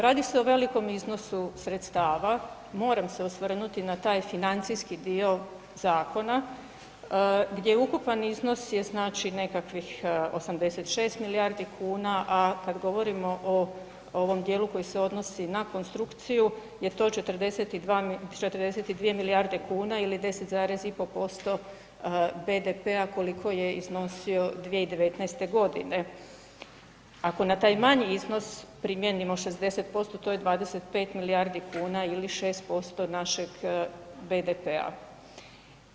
Radi se o velikom iznosu sredstava, moram se osvrnuti na taj financijski dio zakona, gdje ukupan iznos je znači nekakvih 86 milijardi kuna, a kad govorimo o ovom dijelu koji se odnosi na konstrukciju je to 42 milijarde kuna ili 10,5% BDP-a koliko je iznosio 2019. g. Ako na taj manji iznos primijenimo 60%, to je 25 milijardi kuna ili 6% našeg BDP-a.